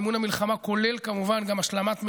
מימון המלחמה כולל כמובן גם השלמת מלאים,